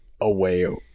away